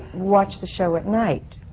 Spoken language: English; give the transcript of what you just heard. watch the show at night,